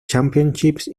championships